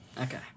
Okay